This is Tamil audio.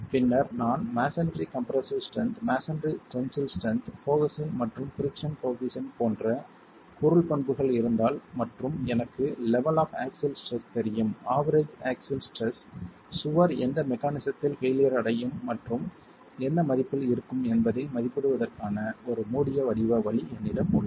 பின்னர் நான் masonry compressive strength masonry tensile strength cohesion மற்றும் பிரிக்ஸன் கோயெபிசியன்ட் போன்ற பொருள் பண்புகள் இருந்தால் மற்றும் எனக்கு லெவல் ஆப் ஆக்ஸில் ஸ்ட்ரெஸ் தெரியும் ஆவெரேஜ் ஆக்ஸில் ஸ்ட்ரெஸ் சுவர் எந்த மெக்கானிஸத்தில் பெய்லியர் அடையும் மற்றும் எந்த மதிப்பில் இருக்கும் என்பதை மதிப்பிடுவதற்கான ஒரு மூடிய வடிவ வழி என்னிடம் உள்ளது